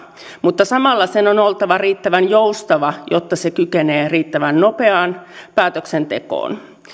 mutta samalla sen on on oltava riittävän joustava jotta se kykenee riittävän nopeaan päätöksentekoon